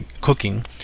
cooking